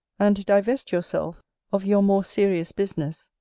and divest yourself of your more serious business,